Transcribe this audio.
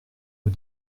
aux